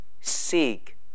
seek